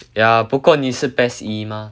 yeah 不够你是 PES E mah